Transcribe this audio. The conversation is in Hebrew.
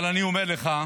אבל אני אומר לך,